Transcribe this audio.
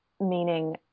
meaning